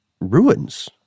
ruins